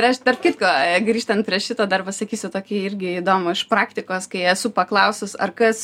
ir aš tarp kitko grįžtant prie šito dar pasakysiu tokį irgi įdomų iš praktikos kai esu paklausus ar kas